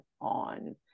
on